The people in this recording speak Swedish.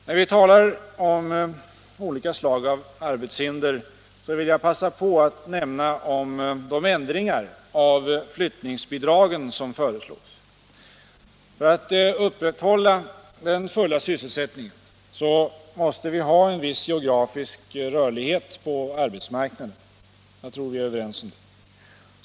När vi talar om olika slag av arbetshinder vill jag passa på att nämna de ändringar av flyttningsbidragen som föreslås. För att upprätthålla den fulla sysselsättningen måste vi ha en viss geografisk rörlighet på arbetsmarknaden. Jag tror vi är överens om det.